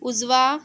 उजवा